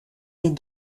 des